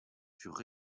furent